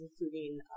including